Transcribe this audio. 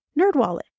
NerdWallet